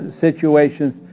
situations